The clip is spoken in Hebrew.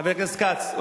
חבר הכנסת כץ,